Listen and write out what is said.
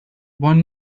one